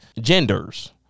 genders